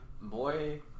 Boy